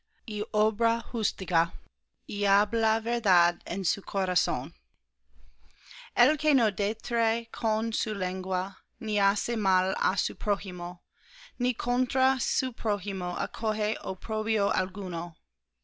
y obra justicia y habla verdad en su corazón el que no detrae con su lengua ni hace mal á su prójimo ni contra su prójimo acoge oprobio alguno